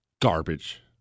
garbage